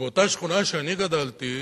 באותה שכונה שאני גדלתי,